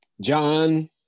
John